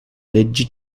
leggi